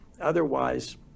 Otherwise